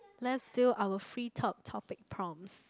let's do our free talk topic prompts